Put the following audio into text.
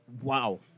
Wow